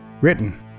written